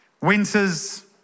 Winters